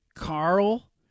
Carl